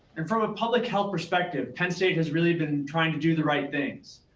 and from a public health perspective, penn state has really been trying to do the right things.